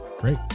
Great